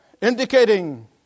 Indicating